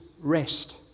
rest